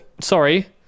Sorry